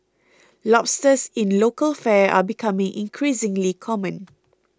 Lobsters in local fare are becoming increasingly common